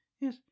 yes